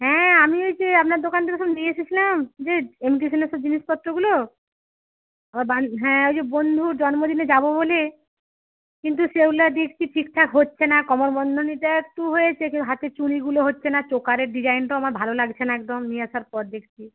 হ্যাঁ আমি ওই যে আপনার দোকান থেকে সব নিয়ে এসেছিলাম যে ইমিটিশানের সব জিনিসপত্রগুলো হ্যাঁ ওই যে বন্ধুর জন্মদিনে যাবো বলে কিন্তু সেগুলা দেখছি ঠিকঠাক হচ্ছে না কোমরবন্ধনীটা একটু হয়েছে কিন্তু হাতের চুড়িগুলো হচ্ছে না চোকারের ডিজাইনটা আমার ভালো লাগছে না একদম নিয়ে আসার পর দেখছি